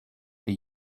for